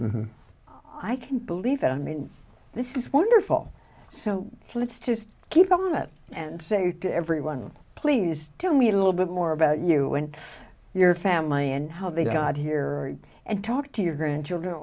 i can't believe it i mean this is wonderful so let's just keep on it and say to everyone please tell me a little bit more about you and your family and how they died here and talk to your grandchildren